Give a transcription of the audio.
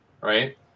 right